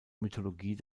mythologie